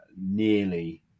nearly